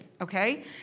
okay